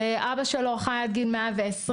אבא שלו חי עד גיל 120,